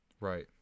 Right